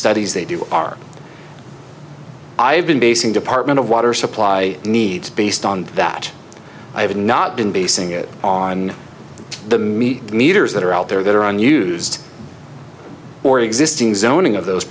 studies they do are i've been basing department of water supply needs based on that i have not been basing it on the meat meters that are out there that are unused or existing zoning of those